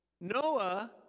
Noah